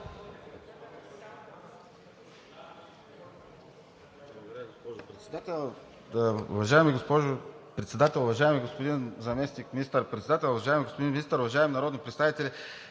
Ви, госпожо Председател. Уважаеми господин Заместник-министър председател, уважаеми господин Министър, уважаеми народни представители!